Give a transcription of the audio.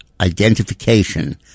identification